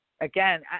Again